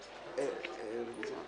התשע"ח-2018 נתקבלה.